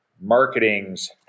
marketing's